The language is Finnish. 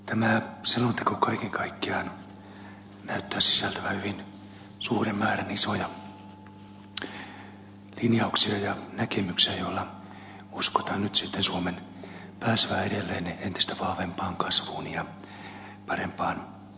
tämä selonteko kaiken kaikkiaan näyttää sisältävän hyvin suuren määrän isoja linjauksia ja näkemyksiä joilla uskotaan nyt sitten suomen pääsevän edelleen entistä vahvempaan kasvuun ja parempaan tuottavuuteen